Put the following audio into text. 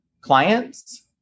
clients